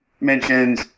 mentions